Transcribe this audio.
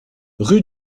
rue